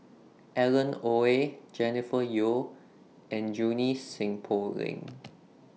Alan Oei Jennifer Yeo and Junie Sng Poh Leng